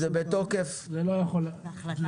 זה לא יכול לעבור.